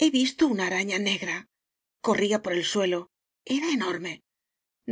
he visto una araña negra corría por el suelo era enorme